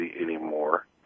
anymore